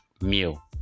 meal